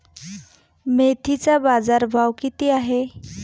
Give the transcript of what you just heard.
मेथीचा बाजारभाव किती आहे?